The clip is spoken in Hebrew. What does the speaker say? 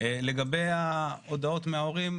לגבי ההודעות מההורים,